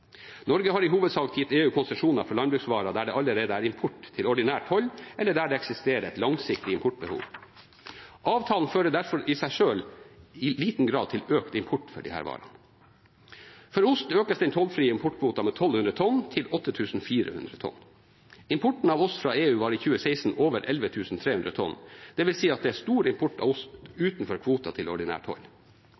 Norge har i hovedsak gitt EU konsesjoner for landbruksvarer der det allerede er import til ordinær toll, eller der det eksisterer et langsiktig importbehov. Avtalen fører derfor i seg selv i liten grad til økt import for disse varene. For ost økes den tollfrie importkvoten med 1 200 tonn til 8 400 tonn. Importen av ost fra EU var i 2016 over 11 300 tonn, dvs. at det er stor import av